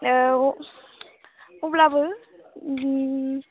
औ अब्लाबो ओम